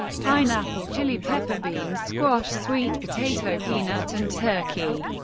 pineapple, chili pepper, beans, squash, sweet potato, peanut, and turkey.